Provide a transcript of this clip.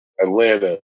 Atlanta